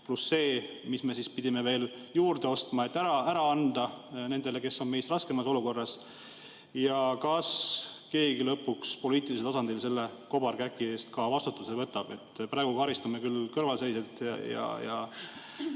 pluss need, mis me pidime veel juurde ostma, et ära anda nendele, kes on meist raskemas olukorras? Ja kas keegi lõpuks poliitilisel tasandil selle kobarkäki eest ka vastutuse võtab? Praegu karistame küll kõrvalseisjaid